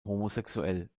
homosexuell